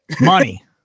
Money